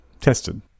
tested